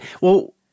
Well-